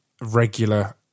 regular